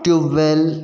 tubewell